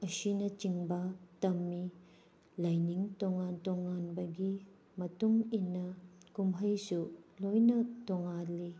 ꯑꯁꯤꯅꯆꯤꯡꯕ ꯇꯝꯃꯤ ꯂꯥꯏꯅꯤꯡ ꯇꯣꯡꯉꯥꯟ ꯇꯣꯡꯉꯥꯟꯕꯒꯤ ꯃꯇꯨꯡ ꯏꯟꯅ ꯀꯨꯝꯍꯩꯁꯨ ꯂꯣꯏꯅ ꯇꯣꯡꯉꯥꯜꯂꯤ